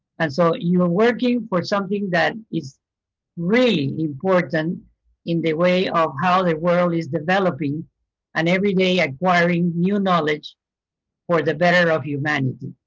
and so you're working for something that is really important in the way of how the world is developing and every day acquiring new knowledge for the better of humanity.